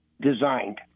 designed